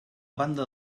banda